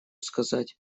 сказать